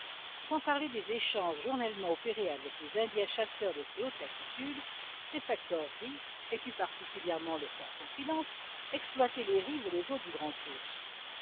sans parler des échanges journellement opérés avec les indiens chasseurs de ces hautes latitudes ces factoreries et plus particulièrement le fort confidence exploitaient les rives et les eaux du